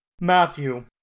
Matthew